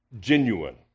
genuine